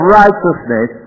righteousness